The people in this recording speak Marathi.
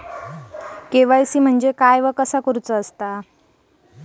के.वाय.सी म्हणजे काय व कसे करावे?